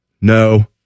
No